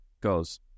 Goes